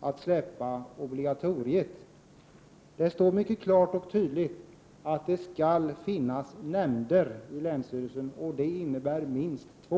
att släppa obligatoriet. Det står mycket klart och tydligt att det skall finnas nämnder i länsstyrelsen, vilket innebär minst två.